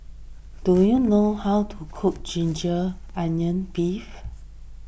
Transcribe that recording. do you know how to cook Ginger Onions Beef